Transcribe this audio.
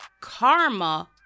karma